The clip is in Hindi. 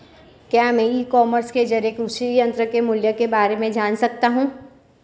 क्या मैं ई कॉमर्स के ज़रिए कृषि यंत्र के मूल्य में बारे में जान सकता हूँ?